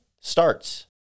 starts